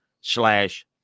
slash